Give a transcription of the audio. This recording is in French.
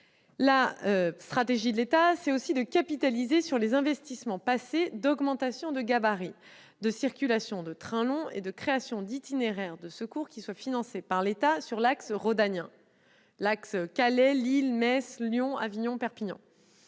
Il s'agit, ensuite, de capitaliser sur les investissements passés d'augmentation de gabarit, de circulation de trains longs et de création d'itinéraires de secours qui soient financés par l'État sur l'axe rhodanien, l'axe Calais-Lille-Metz-Lyon-Avignon-Perpignan,